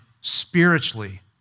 spiritually